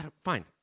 Fine